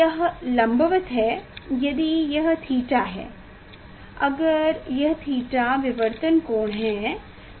यह लंबवत है यदि यह थीटा है अगर यह थीटा विवर्तन कोण है